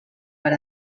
per